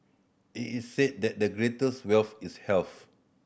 it is said that the greatest wealth is health